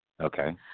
Okay